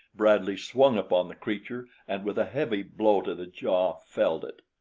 bradley swung upon the creature and with a heavy blow to the jaw felled it.